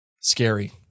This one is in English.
scary